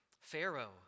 Pharaoh